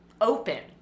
open